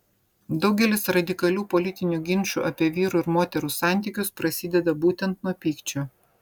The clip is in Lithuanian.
daugelis radikalių politinių ginčų apie vyrų ir moterų santykius prasideda būtent nuo pykčio